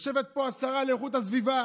יושבת פה השרה לאיכות הסביבה